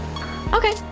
Okay